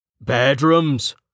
Bedrooms